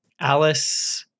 Alice